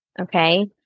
okay